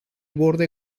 borde